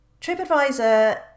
TripAdvisor